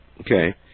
Okay